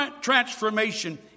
transformation